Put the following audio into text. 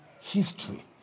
history